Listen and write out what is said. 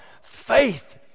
faith